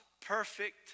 perfect